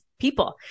people